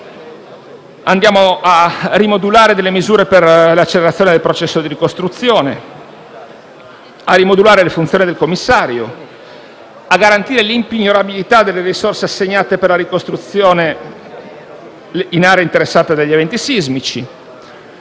provvede a rimodulare le misure per l’accelerazione del processo di ricostruzione e le funzioni del commissario. Si provvede a garantire l’impignorabilità delle risorse assegnate per la ricostruzione in aree interessate dagli eventi sismici.